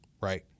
Right